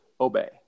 obey